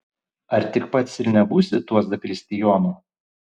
ar tik pats ir nebūsi tuo zakristijonu